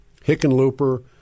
Hickenlooper